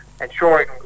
ensuring